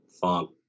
Funk